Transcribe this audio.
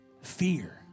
fear